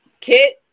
Kit